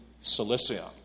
Cilicia